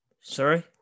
Sorry